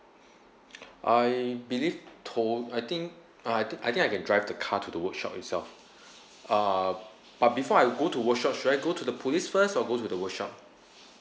I believe tow I think uh I think I think I can drive the car to the workshop itself uh but before I go to workshop should I go to the police first or go to the workshop